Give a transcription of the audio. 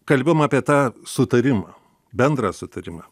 kalbėjom apie tą sutarimą bendrą sutarimą